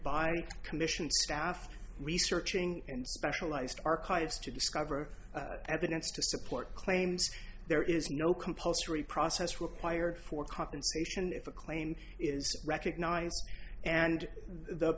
commission staff researching in specialized archives to discover evidence to support claims there is no compulsory process required for compensation if a claim is recognised and the